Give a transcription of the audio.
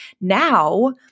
Now